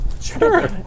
Sure